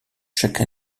chaque